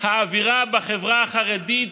האווירה בחברה החרדית